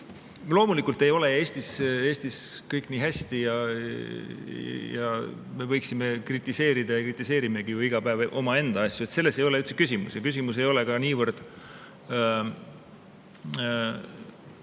palju. Loomulikult ei ole Eestis kõik nii hästi. Me võiksime kritiseerida ja kritiseerimegi ju iga päev omaenda asju, selles ei ole üldse küsimus. Küsimus ei ole ka niivõrd